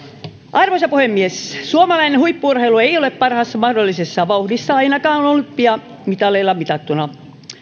arvoisa puhemies suomalainen huippu urheilu ei ole parhaassa mahdollisessa vauhdissa ainakaan olympiamitaleilla mitattuna